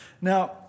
Now